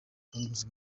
tatu